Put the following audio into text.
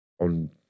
on